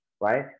right